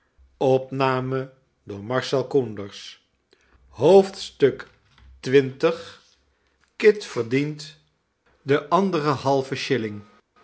kit verdient den anderen